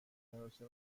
مراسم